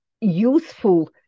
useful